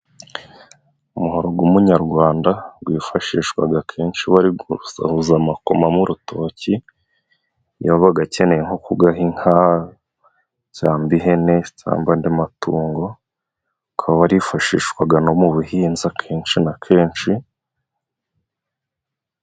Umuhoro w'umunyarwanda wifashishwaga akenshi bari gusohoza amakoma mu rutoki, iyo bayakeneye nko kuyaha inka cyangwa ihene cyangwa andi matungo, ukaba warifashishwaga no mu buhinzi akenshi na kenshi.